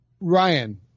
Ryan